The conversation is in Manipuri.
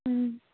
ꯎꯝ